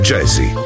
Jazzy